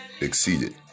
exceeded